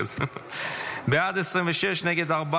חוק